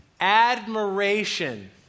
admiration